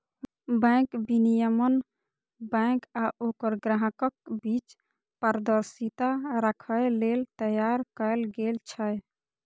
bank विनियमन bank आ ओकर ग्राहकक बीच पारदर्शिता राखै लेल तैयार कैल गेल छै